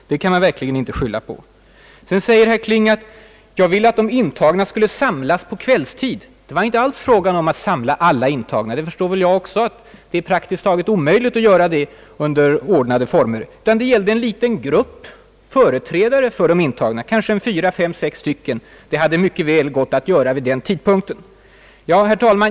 Detta kan man sålunda inte alls skylla på. Vidare säger statsrådet Kling, att jag ville att de intagna skulle samlas på kvällstid. Det var inte alls fråga om att samla alla de iniagna, vilket är praktiskt taget omöjligt att göra under ordnade former. Det gällde i stället en liten grupp företrädare för de intagna — kanske fyra, fem, sex stycken. Det hade mycket väl gått att samla dem vid den tidpunkten. Herr talman!